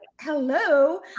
hello